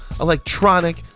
electronic